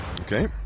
Okay